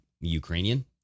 Ukrainian